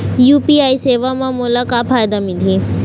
UPI सेवा म मोला का फायदा मिलही?